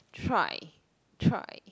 try try